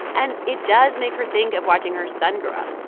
and it does make her think of watching her son grow up,